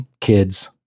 kids